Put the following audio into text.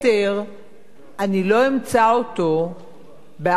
אני לא אמצא אותו באחת החנויות